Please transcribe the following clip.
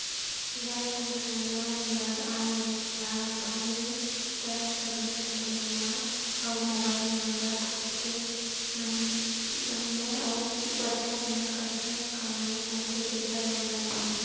bank म loan बर online form भरबे त सबले पहिली नांव अउ मोबाईल नंबर पूछथे, महिना अउ बछर म कतका कमई होथे तेखर जानकारी लेथे